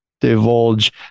divulge